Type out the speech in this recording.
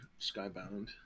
Skybound